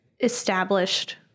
established